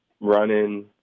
running